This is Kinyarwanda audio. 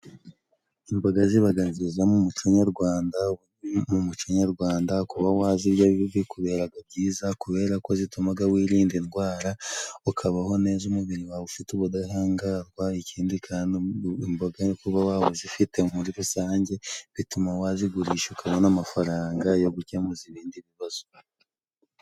Imboga zibaga nziza mu muco nyarwanda mu muco nyarwanda. Kuba wazirya bikuberaga byiza kubera ko zitumaga wirinda indwara, ukabaho neza umubiri wawe ufite ubudahangarwa. Ikindi kandi imboga kuba waba uzifite muri rusange, bituma wazigurisha ukabona amafaranga yo gukemuza ibindi bibazo.